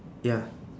ya